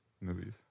movies